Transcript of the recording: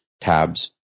tabs